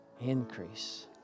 Increase